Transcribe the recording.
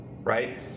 right